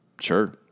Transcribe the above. Sure